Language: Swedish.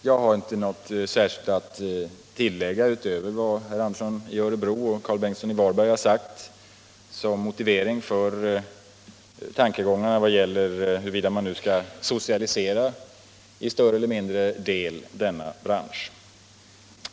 Jag har inte något särskilt att tillägga utöver vad herr Andersson i Örebro och herr Karl Bengtsson i Varberg har sagt i frågan huruvida man nu skall till större eller mindre del socialisera denna bransch.